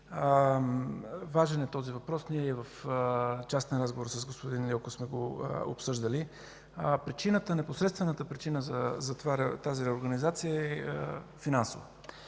важен е този въпрос. Ние в частен отговор с господин Лилков сме го обсъждали. Непосредствената причина за тази реорганизация е финансова.